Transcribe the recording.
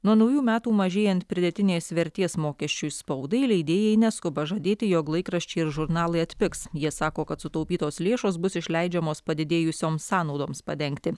nuo naujų metų mažėjant pridėtinės vertės mokesčiui spaudai leidėjai neskuba žadėti jog laikraščiai ir žurnalai atpigs jie sako kad sutaupytos lėšos bus išleidžiamos padidėjusioms sąnaudoms padengti